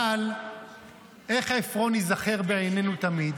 אבל איך עפרון ייזכר בעינינו תמיד?